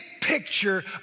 picture